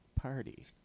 party